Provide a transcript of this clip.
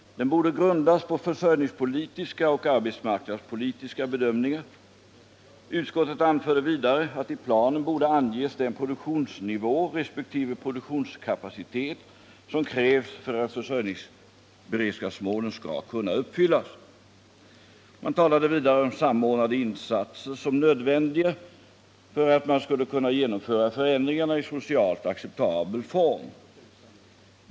Den bör grundas på försörjningspolitiska och arbetsmarknadspolitiska bedömningar.” Utskottet anför vidare att i planen borde anges den produktionsnivå resp. produktionskapacitet som krävs för att försörjningsberedskapsmålet skall kunna uppfyllas. Man talade vidare om samordnade insatser som nödvändiga för att man skulle kunna genomföra förändringarna i socialt acceptabla former.